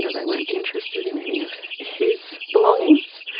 they weren't interested in any of his belongings.